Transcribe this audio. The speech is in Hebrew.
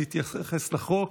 להתייחס לחוק.